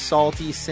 Salty